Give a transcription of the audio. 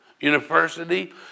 University